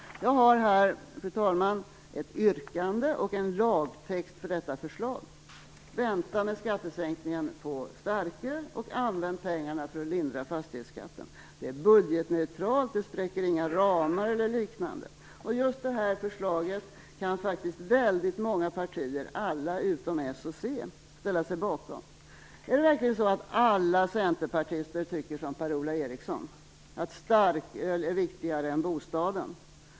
Jag har här ett yrkande och en lagtext för detta förslag: Vänta med skattesänkningen på starköl, och använd pengarna till att lindra fastighetsskatten. Förslaget är budgetneutralt, och det spräcker inga ramar eller liknande. Just det här förslaget kan faktiskt väldigt många partier, alla utom Socialdemokraterna och Centern, ställa sig bakom. Är det verkligen så att alla centerpartister tycker som Per-Ola Eriksson, att starköl är viktigare än bostaden?